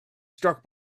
struck